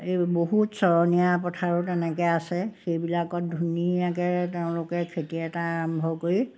এই বহুত চৰণীয়া পথাৰো তেনেকৈ আছে সেইবিলাকত ধুনীয়াকৈ তেওঁলোকে খেতি এটা আৰম্ভ কৰি